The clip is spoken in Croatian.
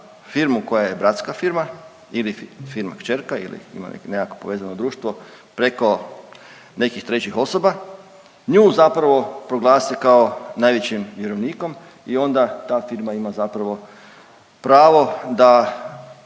koja je bratska firma ili firma kćerka ili ima nekakvo povezano društvo, preko nekih trećih osoba, nju zapravo proglase kao najvećim vjerovnikom i onda ta firma ima zapravo pravo da